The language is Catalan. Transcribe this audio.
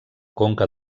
conca